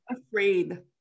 afraid